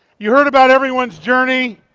you heard about everyone's journey.